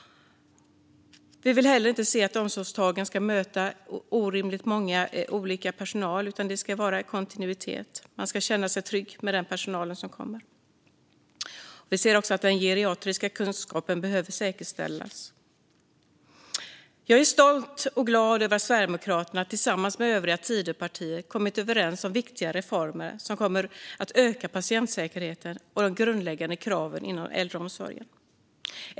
Vi vill inte att omsorgstagaren ska möta orimligt många olika medarbetare. Det ska vara kontinuitet, och man ska känna sig trygg med den personal som kommer. Vi anser också att den geriatriska kunskapen behöver säkerställas. Jag är stolt och glad över att Sverigedemokraterna tillsammans med övriga Tidöpartier kommit överens om viktiga reformer som kommer att öka patientsäkerheten och höja de grundläggande kraven inom äldreomsorgen.